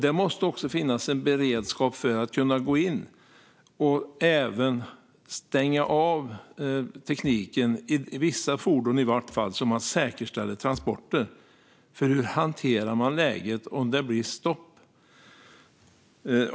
Det måste också finnas en beredskap för att kunna gå in och stänga av tekniken i åtminstone vissa fordon så att man säkerställer transporterna. För hur hanterar man läget om det blir stopp?